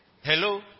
Hello